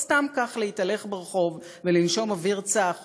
או סתם כך להתהלך ברחוב ולנשום אוויר צח,